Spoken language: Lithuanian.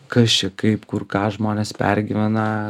kas čia kaip kur ką žmonės pergyvena